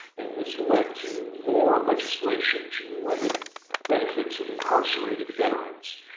and this led to more legislation to limit benefits of incarcerated veterans.